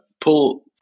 pull